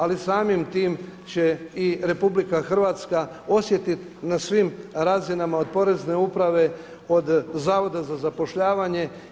Ali samim time će i RH osjetiti na svim razinama od porezne uprave, od zavoda za zapošljavanje.